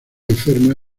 enferma